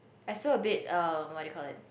I saw a bit um what do you call it